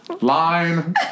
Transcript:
Line